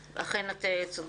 כן, אכן את צודקת.